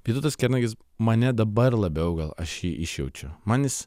vytautas kernagis mane dabar labiau gal aš jį išjaučiu man jis